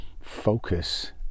focus